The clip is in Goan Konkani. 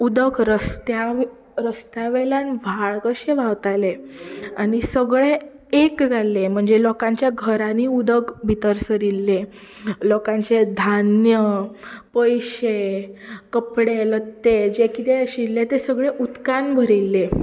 उदक रसत्या रसत्या वेल्यान व्हाळ कशें व्हांवतालें आनी सगळें एक जाल्लें म्हणजे लोकांच्या घरांनी उदक भितर सरिल्लें लोकांचें धान्य पयशे कपडे लत्ते जे कितें आशिल्लें तें सगळें उदकान भरिल्लें